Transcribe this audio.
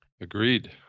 Agreed